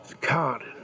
God